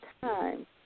time